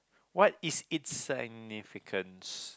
what is it's significance